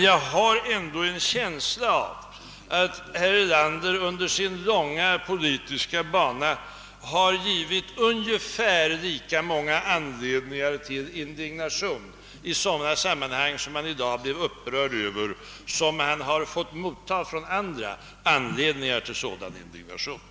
Jag har emellertid en känsla av att herr Erlander under sin långa politiska bana har givit andra minst lika många anledningar till indignation i sådana sammanhang som han själv utsatts för anledningar att bli indignerad.